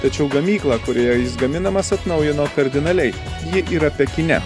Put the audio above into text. tačiau gamyklą kurioje jis gaminamas atnaujino kardinaliai ji yra pekine